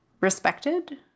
respected